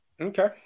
Okay